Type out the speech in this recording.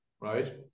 right